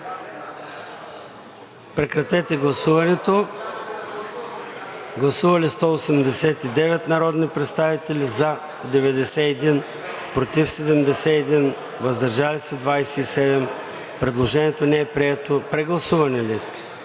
режим на гласуване. Гласували 184 народни представители: за 79, против 95, въздържали се 10. Предложението не е прието. Прегласуване ли